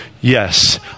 yes